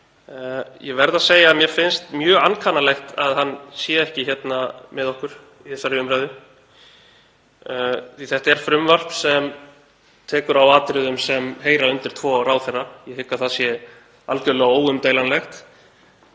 Ég verð að segja að mér finnst mjög ankannalegt að hann sé ekki hérna með okkur í þessari umræðu því að þetta er frumvarp sem tekur á atriðum sem heyra undir tvo ráðherra. Ég hygg að það sé algjörlega óumdeilanlegt.